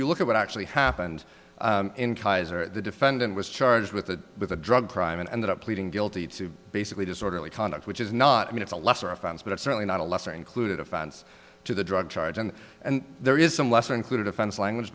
you look at what actually happened in keizer the defendant was charged with a with a drug crime and that up pleading guilty to basically disorderly conduct which is not i mean it's a lesser offense but certainly not a lesser included offense to the drug charge and and there is some lesser included offense language